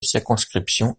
circonscriptions